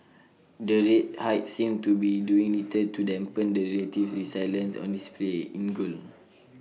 the rate hikes seem to be doing little to dampen the relative resilience on display in gold